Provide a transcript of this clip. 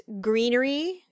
greenery